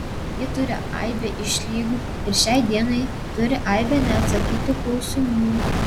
ji turi aibę išlygų ir šiai dienai turi aibę neatsakytų klausimų